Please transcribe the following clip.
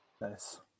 Nice